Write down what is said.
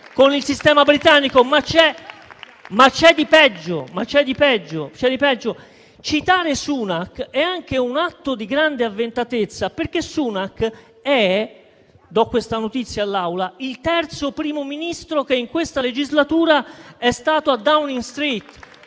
con il sistema britannico? Ma c'è di peggio. Citare Sunak è anche un atto di grande avventatezza, perché Sunak è - do questa notizia all'Assemblea - il terzo Primo Ministro che in questa legislatura è stato a Downing street